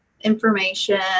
information